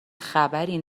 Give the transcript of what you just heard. خبری